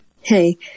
Hey